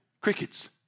Crickets